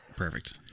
Perfect